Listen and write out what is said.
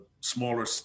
smaller